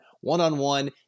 one-on-one